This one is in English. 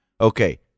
Okay